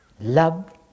love